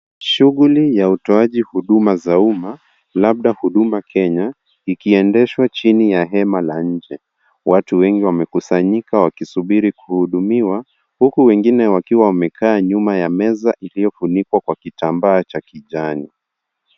Shughuli ya utoaji huduma za umma, labda Huduma Kenya, ikiendeshwa chini ya hema la nje. Watu wengi wamekusanyika wakisubiri kuhudumiwa, huku wengine wakiwa wamekaa nyuma ya meza iliyofunikwa kwa kitambaa cha kijani.